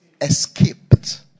Escaped